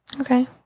Okay